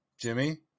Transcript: Jimmy